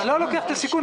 אני לא לוקח את הסיכון.